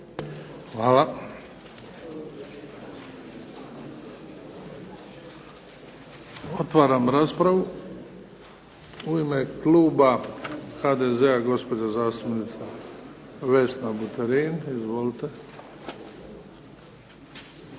Hvala. Otvaram raspravu. U ime kluba HDZ-a, gospođa zastupnica Vesna Buterin. Izvolite.